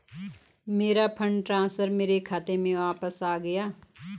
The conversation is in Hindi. मेरा फंड ट्रांसफर मेरे खाते में वापस आ गया है